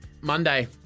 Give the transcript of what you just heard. Monday